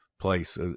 place